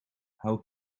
how